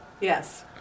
yes